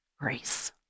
grace